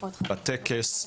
בטקס.